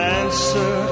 answer